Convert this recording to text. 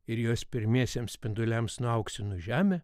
ir jos pirmiesiems spinduliams nuauksinus žemę